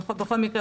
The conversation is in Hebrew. בכל מקרה,